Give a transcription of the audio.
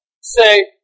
say